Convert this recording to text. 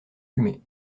fumer